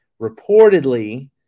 reportedly